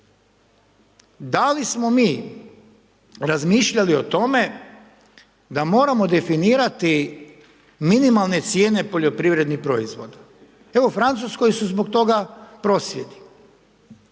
Da li smo mi razmišljali o tome, da moramo definirati minimalne cijene poljoprivrednih proizvoda? Evo u Francuskoj su zbog toga prosvjedi.